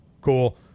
Cool